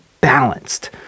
balanced